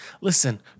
listen